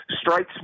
strikes